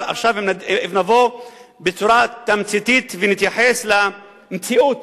עכשיו, אם נבוא ובצורה תמציתית נתייחס למציאות